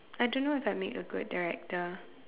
I don't know if I make a good director